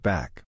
Back